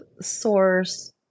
source